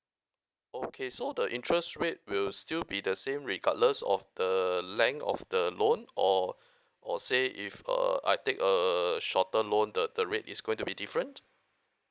okay so the interest rate will still be the same regardless of the length of the loan or or say if uh I take a shorter loan the the rate is going to be different